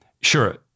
Sure